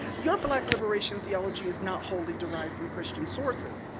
your black liberation theology is not wholly derived from christian sources,